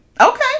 Okay